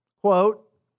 Quote